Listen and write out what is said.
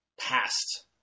past